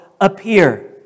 appear